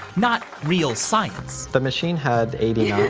not real science. the machine had eighty